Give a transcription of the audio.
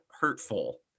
hurtful